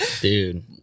Dude